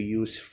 use